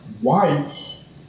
white